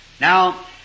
Now